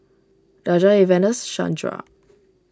Daja Evander Shandra